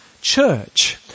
church